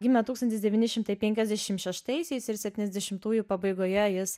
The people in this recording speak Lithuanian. gimė tūkstantis devyni šimtai penkiasdešim šeštaisiais ir septyniasdiašimtųjų pabaigoje jis